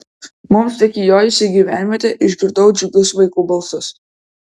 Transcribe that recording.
mums tik įjojus į gyvenvietę išgirdau džiugius vaikų balsus